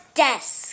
desk